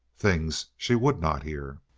things she would not hear.